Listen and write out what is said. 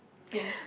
yeah